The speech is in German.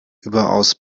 überaus